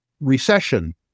recession